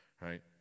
right